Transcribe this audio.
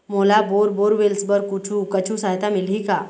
मोला bore borewells बर कुछू कछु सहायता मिलही का?